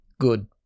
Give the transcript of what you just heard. good